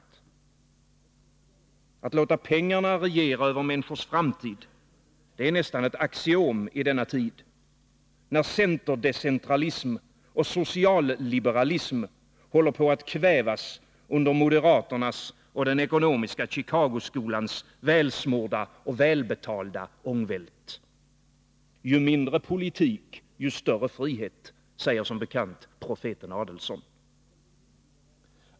Att man skall låta pengarna regera över människornas framtid är nästan ett axiom i denna tid, när centerdecentralism och socialliberalism håller på att kvävas under moderaternas och den ekonomiska Chicagoskolans välsmorda och välbetalda ångvält. Ju mindre politik, desto större frihet, säger som bekant profeten Adelsohn.